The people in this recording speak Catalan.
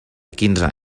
quinze